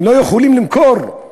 הם לא יכולים למכור,